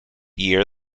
year